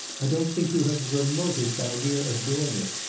i don't think you have the remotest idea of doing it.